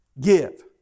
give